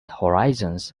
horizons